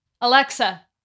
Alexa